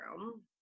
room